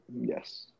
Yes